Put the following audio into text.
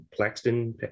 Plaxton